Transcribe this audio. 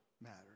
matters